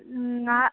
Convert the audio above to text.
ꯎꯝ ꯉꯥꯏꯍꯥꯛ